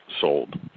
sold